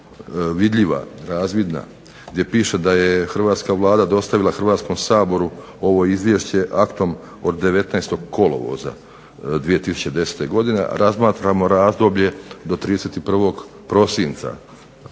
vidljiva, razvidna, gdje piše da je hrvatska Vlada dostavila Hrvatskom saboru ovo izvješća aktom od 19. kolovoza 2010. godine, razmatramo razdoblje do 31. prosinca